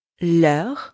l'heure